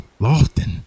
Lofton